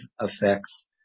effects